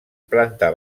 planta